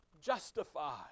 justified